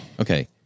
okay